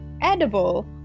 edible